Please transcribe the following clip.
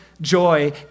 joy